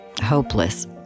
hopeless